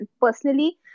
personally